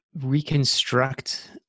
reconstruct